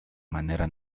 manera